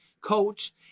coach